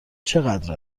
چقدر